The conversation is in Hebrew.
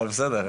אבל בסדר.